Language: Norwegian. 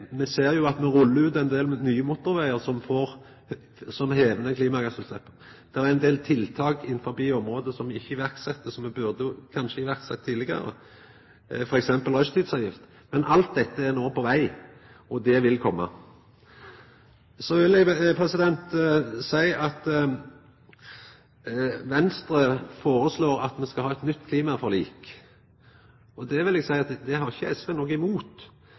Me ser jo at det blir rulla ut ein del nye motorvegar, som får opp klimagassutsleppa. Det er ein del tiltak innanfor området som ikkje er blitt sette i verk, og som me kanskje burde ha sett i verk tidlegare, f.eks. rushtidsavgifta. Men alt dette er no på veg. Det vil koma. Venstre føreslår at me skal ha eit nytt klimaforlik. Det har ikkje SV noko imot, men dersom ein ser på det